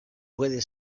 pueden